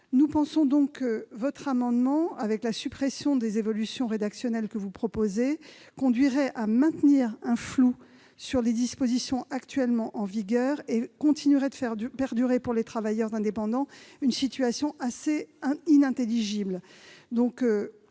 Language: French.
Nous pensons donc que la suppression des évolutions rédactionnelles proposée conduirait à maintenir un flou sur les dispositions actuellement en vigueur et à faire perdurer pour les travailleurs indépendants une situation assez inintelligible,